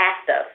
active